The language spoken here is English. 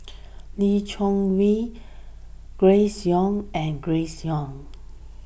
Lee Choy Wee Grace Young and Grace Young